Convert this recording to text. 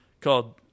called